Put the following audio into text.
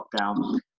lockdown